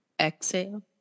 Exhale